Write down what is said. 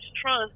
trust